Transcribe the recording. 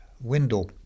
window